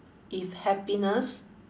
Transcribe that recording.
if happiness